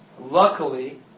Luckily